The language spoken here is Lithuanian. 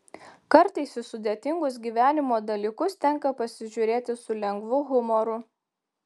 kartais į sudėtingus gyvenimo dalykus tenka pasižiūrėti su lengvu humoru